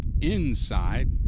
inside